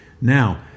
Now